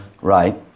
Right